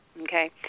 okay